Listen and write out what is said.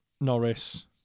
Norris